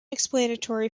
explanatory